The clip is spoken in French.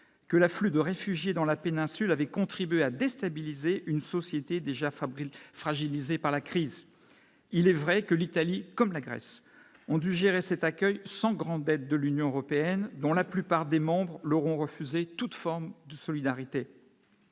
que l'afflux de réfugiés dans la péninsule, avait contribué à déstabiliser une société déjà fragilisée par la crise, il est vrai que l'Italie, comme la Grèce, ont dû gérer cet accueil sans grande aide de l'Union européenne, dont la plupart des membres leur ont refusé toute forme de solidarité.